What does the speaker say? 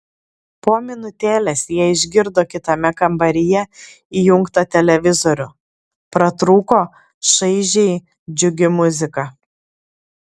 po minutėlės jie išgirdo kitame kambaryje įjungtą televizorių pratrūko šaižiai džiugi muzika